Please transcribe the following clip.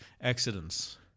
accidents